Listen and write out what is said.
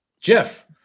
Jeff